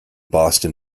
boston